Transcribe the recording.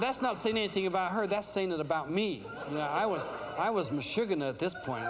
that's not saying anything about her that's saying that about me when i was i was michigan at this point